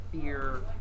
fear